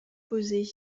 posés